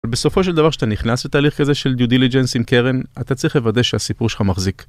בסופו של דבר כשאתה נכנס לתהליך כזה של due diligence עם קרן, אתה צריך לוודא שהסיפור שלך מחזיק.